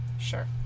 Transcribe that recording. sure